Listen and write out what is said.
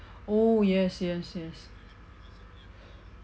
oh yes yes yes